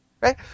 right